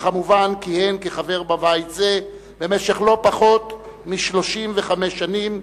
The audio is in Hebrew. וכמובן כיהן כחבר בבית זה במשך לא פחות מ-35 שנים,